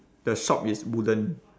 the shop is wooden